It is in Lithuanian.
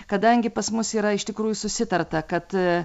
kadangi pas mus yra iš tikrųjų susitarta kad